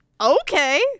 Okay